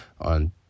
on